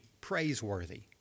praiseworthy